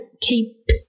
Keep